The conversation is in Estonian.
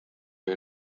või